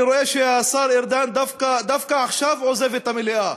אני רואה שדווקא עכשיו השר ארדן עוזב את המליאה,